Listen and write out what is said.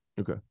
Okay